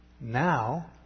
Now